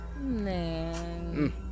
Man